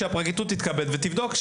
שהפרקליטות תתכבד ותבדוק.